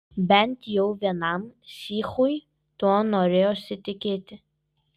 bent jau vienam psichui tuo norėjosi tikėti